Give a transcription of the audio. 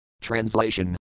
Translation